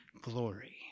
glory